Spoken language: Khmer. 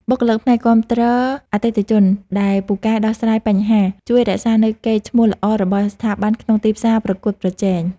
បុគ្គលិកផ្នែកគាំទ្រអតិថិជនដែលពូកែដោះស្រាយបញ្ហាជួយរក្សានូវកេរ្តិ៍ឈ្មោះល្អរបស់ស្ថាប័នក្នុងទីផ្សារប្រកួតប្រជែង។